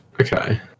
Okay